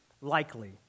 likely